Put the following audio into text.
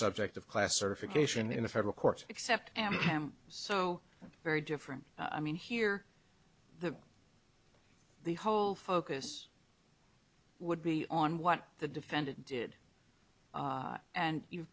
subject of class certification in a federal court except i am so very different i mean here the whole focus would be on what the defendant did and you've